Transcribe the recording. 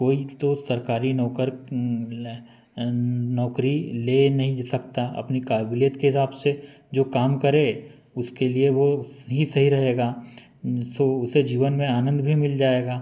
कोई तो सरकारी नौकर न नौकरी ले नहीं सकता अपनी काबिलियत के हिसाब से जो काम करे उसके लिए वो ही सही रहेगा सो उसे जीवन में आनंद भी मिल जाएगा